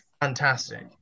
fantastic